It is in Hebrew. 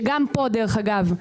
דרך אגב,